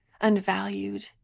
unvalued